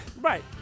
Right